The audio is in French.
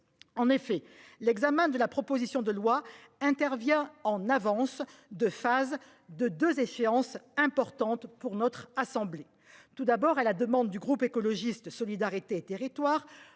En effet, l'examen de la proposition de loi intervient en avance de phase 2 2, échéances importantes pour notre assemblée, tout d'abord à la demande du groupe écologiste solidarité et territoires.